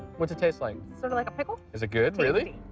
what's it taste like? sort of like a pickle? is it good? really?